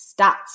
stats